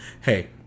hey